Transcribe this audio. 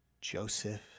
Joseph